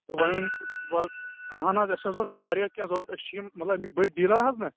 تہٕ وۅنۍ وان وَن اَہَن حظ اَسہِ حظ اوس وَاریاہ کیٚنٛہہ ضروٗرت أسۍ چھِ یِم مَطلَب اَمِکۍ بٔڈۍ ڈیٖلرَ حظ نا